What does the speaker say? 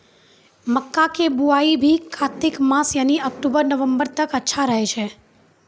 मक्का के बुआई भी कातिक मास यानी अक्टूबर नवंबर तक अच्छा रहय छै